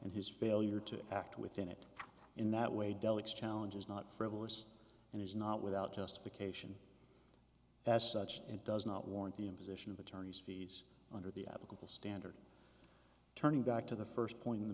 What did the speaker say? and his failure to act within it in that way del exchange is not frivolous and is not without justification as such it does not warrant the imposition of attorney's fees under the applicable standard turning back to the first point on the